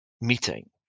meeting